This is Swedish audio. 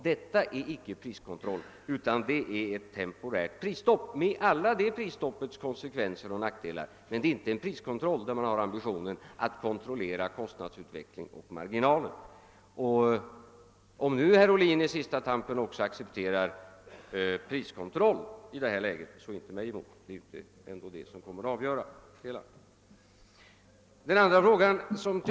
Detta är ett temporärt prisstopp, med alla prisstoppets konsekvenser och nackdelar, men det är alltså inte en priskontroll där man har ambitionen att kontrollera kostnadsutveckling och marginaler. Men om nu herr Oblin på sista tampen också accepterar en priskontroll, så inte mig emot. Det är ju ändå inte det som kommer att avgöra det hela.